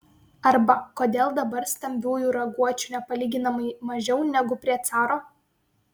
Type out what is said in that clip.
arba kodėl dabar stambiųjų raguočių nepalyginamai mažiau negu prie caro